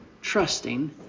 trusting